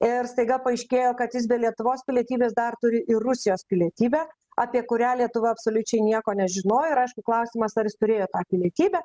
ir staiga paaiškėjo kad jis be lietuvos pilietybės dar turi ir rusijos pilietybę apie kurią lietuva absoliučiai nieko nežinojo ir aišku klausimas ar jis turėjo tą pilietybę